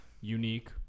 unique